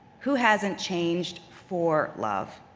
who hasn't changed for love?